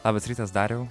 labas rytas dariau